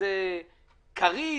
זה קריא?